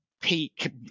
peak